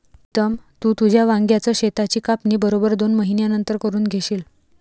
प्रीतम, तू तुझ्या वांग्याच शेताची कापणी बरोबर दोन महिन्यांनंतर करून घेशील